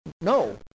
No